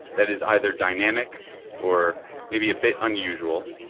that is either dynamic or maybe a bit unusual,